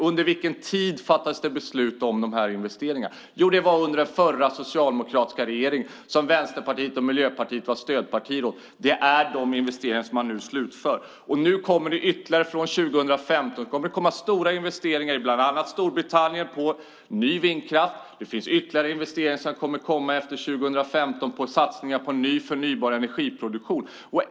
Under vilken tid fattades det beslut om de här investeringarna? Jo, det var under den förra socialdemokratiska regeringen som Vänsterpartiet och Miljöpartiet var stödpartier åt. Det är dessa investeringar man nu slutför. Från 2015 kommer det stora investeringar i bland annat Storbritannien på ny vindkraft. Det finns ytterligare investeringar som kommer efter 2015 med satsningar på förnybar energiproduktion.